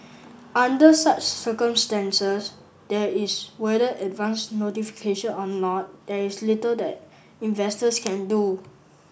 under such circumstances there is whether advance notification or not there is little that investors can do